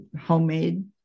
homemade